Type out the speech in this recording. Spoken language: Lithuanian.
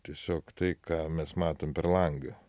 tiesiog tai ką mes matom per langą